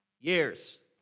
years